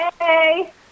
Hey